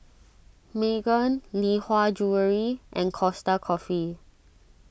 Megan Lee Hwa Jewellery and Costa Coffee